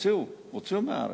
הוציאו מהארץ,